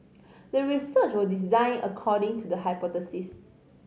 the research was designed according to the hypothesis